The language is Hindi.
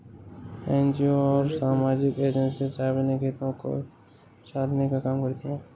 एनजीओ और सामाजिक एजेंसी सार्वजनिक हितों को साधने का काम करती हैं